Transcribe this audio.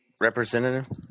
representative